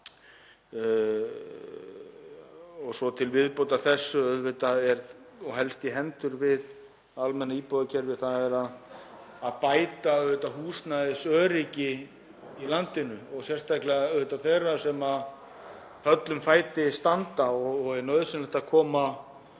máli. Til viðbótar þessu, sem helst í hendur við almenna íbúðakerfið, er að bæta húsnæðisöryggi í landinu, sérstaklega þeirra sem höllum fæti standa og er nauðsynlegt að